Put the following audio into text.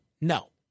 no